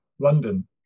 London